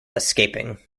escaping